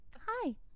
hi